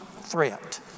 threat